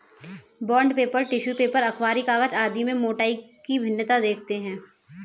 bond paper, tissue paper, अखबारी कागज आदि में मोटाई की भिन्नता देखते हैं